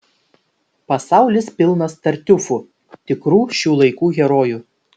pasaulis pilnas tartiufų tikrų šių laikų herojų